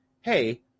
Hey